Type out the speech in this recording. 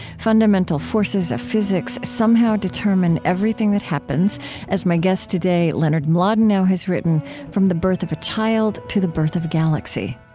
fundamental forces of physics somehow determine everything that happens as my guest today, leonard mlodinow has written from the birth of a child to the birth of a galaxy.